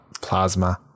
plasma